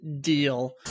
deal